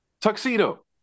tuxedo